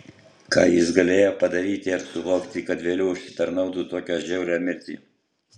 ką jis galėjo padaryti ar suvokti kad vėliau užsitarnautų tokią žiaurią mirtį